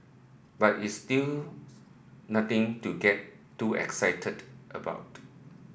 but it's still nothing to get too excited about